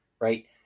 right